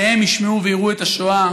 שהם ישמעו ויראו את השואה